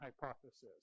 hypothesis